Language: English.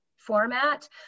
Format